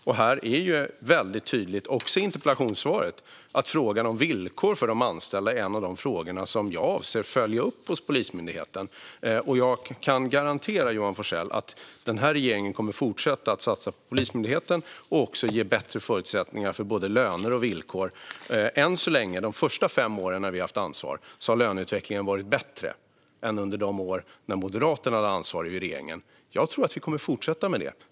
Det är väldigt tydligt också i interpellationssvaret att frågan om villkor för de anställda är en av de frågor som jag avser att följa upp hos Polismyndigheten. Jag kan garantera Johan Forssell att den här regeringen kommer att fortsätta att satsa på Polismyndigheten och att ge bättre förutsättningar för både löner och villkor. Än så länge, de första fem åren när vi har haft ansvar, har löneutvecklingen varit bättre än under de år då Moderaterna hade ansvar i regeringen. Jag tror att vi kommer att fortsätta med det.